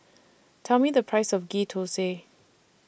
Tell Me The Price of Ghee Thosai